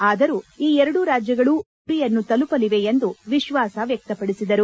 ಆದರೂ ಈ ಎರಡು ರಾಜ್ಯಗಳು ಶೀಘ್ರ ಗುರಿಯನ್ನು ತಲುಪಲಿವೆ ಎಂದು ವಿಶ್ವಾಸ ವ್ಲಕ್ಷಪಡಿಸಿದರು